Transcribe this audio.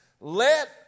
Let